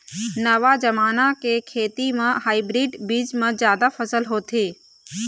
नवा जमाना के खेती म हाइब्रिड बीज म जादा फसल होथे